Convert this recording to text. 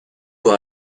pour